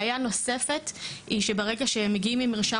בעיה נוספת היא שברגע שמגיעים עם מרשם,